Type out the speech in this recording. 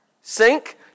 Sink